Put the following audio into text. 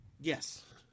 Yes